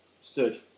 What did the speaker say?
stood